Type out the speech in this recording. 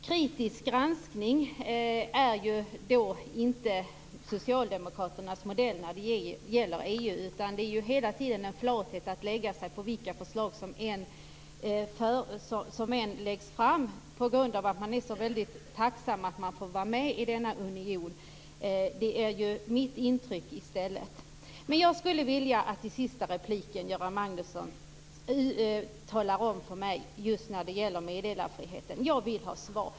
Kritisk granskning är ju inte socialdemokraternas modell när det gäller EU. Det finns hela tiden en flathet. Man lägger sig för vilka förslag som än läggs fram på grund av att man är så väldigt tacksam att man får vara med i denna union. Det är mitt intryck. Jag skulle vilja att Göran Magnusson i den sista repliken talar om för mig hur det är med meddelarfriheten. Jag vill ha svar.